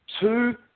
two